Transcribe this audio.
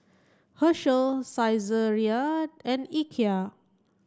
Herschel Saizeriya and Ikea